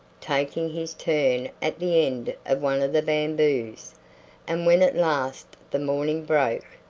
taking his turn at the end of one of the bamboos and when at last the morning broke,